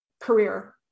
career